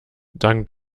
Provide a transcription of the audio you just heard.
dank